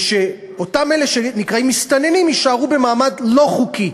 ושאותם אלה שנקראים מסתננים יישארו במעמד לא חוקי.